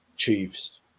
Chiefs